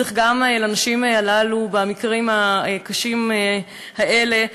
גם הנשים הללו, במקרים הקשים האלה,